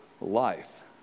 life